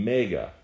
Mega